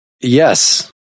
Yes